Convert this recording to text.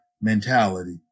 mentality